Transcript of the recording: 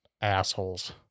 assholes